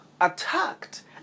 attacked